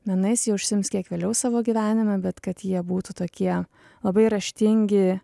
menais ji užsiims kiek vėliau savo gyvenime bet kad jie būtų tokie labai raštingi